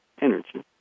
energy